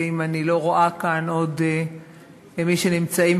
ואם אני לא רואה כאן עוד מי שנמצאים,